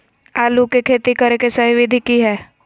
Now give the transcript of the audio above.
आलू के खेती करें के सही विधि की हय?